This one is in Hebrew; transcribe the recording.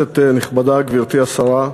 כנסת נכבדה, גברתי השרה,